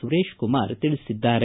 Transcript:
ಸುರೇಶ್ ಕುಮಾರ್ ತಿಳಿಸಿದ್ದಾರೆ